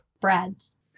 Brad's